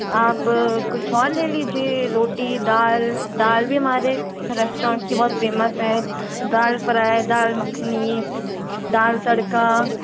आप कुछ और ले लीजिए रोटी दाल दाल भी हमारे रेस्टोरन्ट की बहुत फेमस है दाल फ्राइ दाल मखनी दाल तड़का